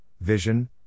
vision